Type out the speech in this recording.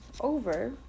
over